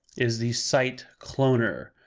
is the site cloner.